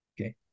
Okay